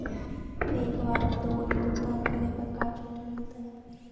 एक बार लोन भुगतान करे पर का छुट मिल तइ?